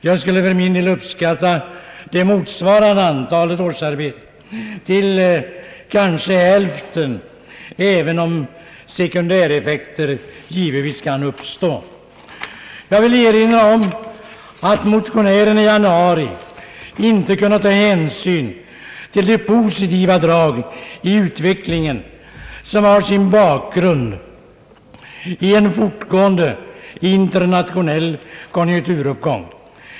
Jag skulle för min del snarare uppskatta det motsvarande antalet årsarbetare till kanske hälften, även om sekundäreffekter givetvis kan uppstå. Jag vill erinra om att motionärerna i januari inte kunnat ta hänsyn till de positiva drag i utvecklingen som har sin bakgrund i en fortgående internationell konjunkturuppgång.